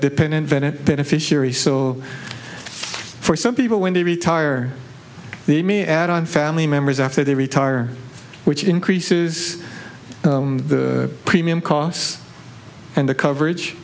dependent venit fishery so for some people when they retire the me add on family members after they retire which increases the premium costs and the coverage